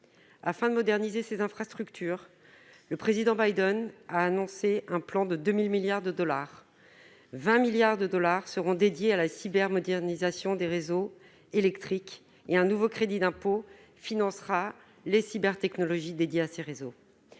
Afin de moderniser ces infrastructures, le président Biden a annoncé un plan de 2 000 milliards de dollars, dont 20 milliards seront dédiés à la cybermodernisation des réseaux électriques. Un nouveau crédit d'impôt financera les cybertechnologies de ces réseaux.